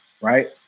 right